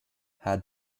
had